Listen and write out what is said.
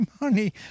money